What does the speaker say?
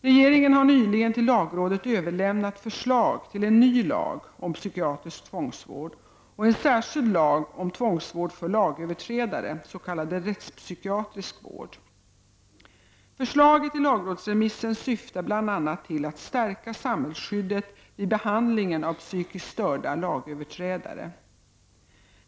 Regeringen har nyligen till lagrådet överlämnat förslag till en ny lag om psykiatrisk tvångsvård och en särskild lag om tvångsvården för lagöverträdare, s.k. rättspsykiatrisk vård. Förslaget i lagrådsremissen syftar bl.a. till att stärka samhällsskyddet vid behandlingen av psykiskt störda lagöverträdare.